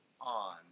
on